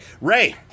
Ray